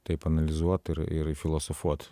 taip analizuot ir ir filosofuot